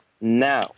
now